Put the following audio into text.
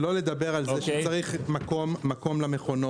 שלא לדבר על זה שצריך מקום למכונות.